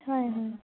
হয় হয়